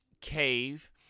cave